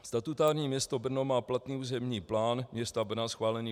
Statutární město Brno má platný územní plán města Brna schválený v roce 1994.